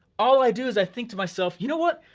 all i do is i think to myself, you know what,